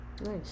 nice